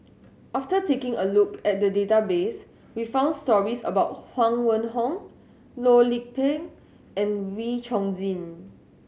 after taking a look at the database we found stories about Huang Wenhong Loh Lik Peng and Wee Chong Jin